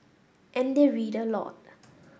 and they read a lot